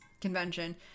Convention